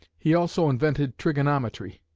he also invented trigonometry.